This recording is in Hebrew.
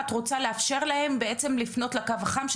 את רוצה לאפשר להם לפנות לקו החם.